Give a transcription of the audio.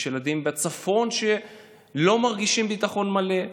יש ילדים בצפון שלא מרגישים ביטחון מלא.